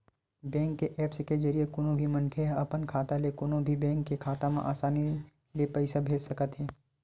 bank के apps के जरिए कोनो भी मनखे ह अपन खाता ले कोनो भी बेंक के खाता म असानी ले पइसा भेज सकत हे